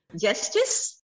Justice